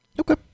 Okay